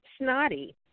snotty